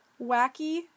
wacky